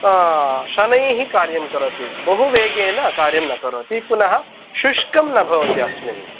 शनैः कार्यं करोति बहु वेगेन कार्यं न करोति पुनः शुष्कं न भवति अस्मिन्